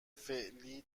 فعلی